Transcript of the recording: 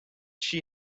she